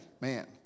Man